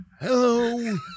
Hello